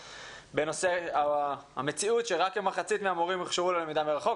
בנושא המציאות שרק כמחצית מהמורים הוכשרו ללמידה מרחוק.